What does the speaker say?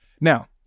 Now